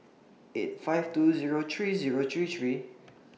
eight five two Zero three Zero three three